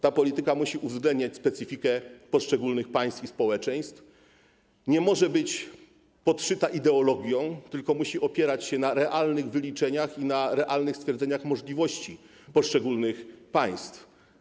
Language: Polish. Ta polityka musi uwzględniać specyfikę poszczególnych państw i społeczeństw, nie może być podszyta ideologią, tylko musi opierać się na realnych wyliczeniach i na realnych stwierdzeniach możliwości poszczególnych państw.